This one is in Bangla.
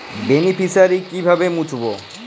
বেনিফিসিয়ারি কিভাবে মুছব?